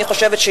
אני חושבת,